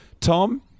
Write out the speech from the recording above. Tom